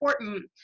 important